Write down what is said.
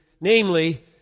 namely